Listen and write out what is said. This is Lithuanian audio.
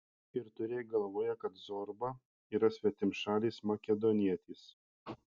ir turėk galvoje kad zorba yra svetimšalis makedonietis